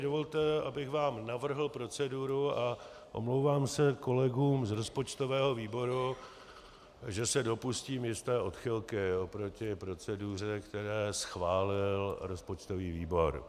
Dovolte, abych vám navrhl proceduru, a omlouvám se kolegům z rozpočtového výboru, že se dopustím jisté odchylky oproti proceduře, kterou schválil rozpočtový výbor.